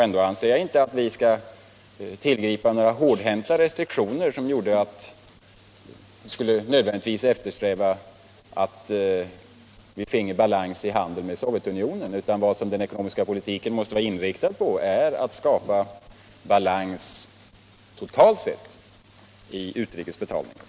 Ändå anser jag inte att vi skall tillgripa några hårdhänta restriktioner, för att till varje pris eftersträva att vi finge balans i handeln med Sovjetunionen. Vad den ekonomiska politiken måste vara inriktad på är att skapa balans totalt sett i de utrikes betalningarna.